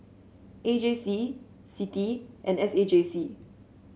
A J C CITI and S A J C